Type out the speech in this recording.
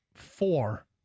four